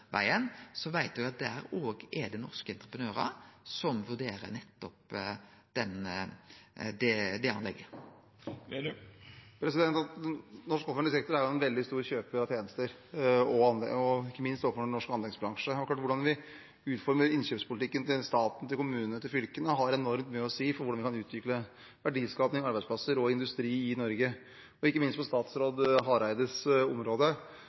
så veit eg at der òg er det norske entreprenørar som vurderer nettopp det anlegget. Norsk offentlig sektor er en veldig stor kjøper av tjenester, ikke minst med tanke på norsk anleggsbransje. Akkurat hvordan vi utformer innkjøpspolitikken til staten, kommunene og fylkene, har enormt mye å si for hvordan vi kan utvikle verdiskaping, arbeidsplasser og industri i Norge. Ikke minst på statsråd Hareides område